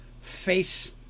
face